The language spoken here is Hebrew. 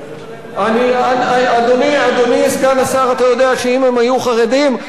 ואם המסתננים היו חרדים,